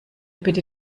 bitte